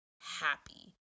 happy